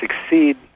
succeed